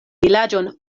vilaĝon